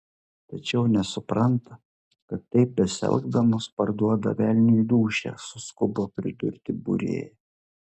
tačiau nesupranta kad taip besielgdamos parduoda velniui dūšią suskubo pridurti būrėja